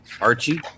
Archie